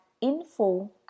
info